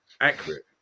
accurate